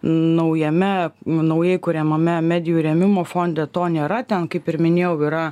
naujame naujai kuriamame medijų rėmimo fonde to nėra ten kaip ir minėjau yra